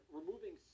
removing